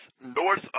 north